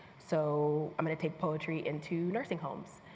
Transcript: so i'm going to take poetry into nursing homes.